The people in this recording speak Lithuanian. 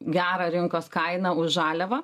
gerą rinkos kainą už žaliavą